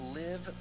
live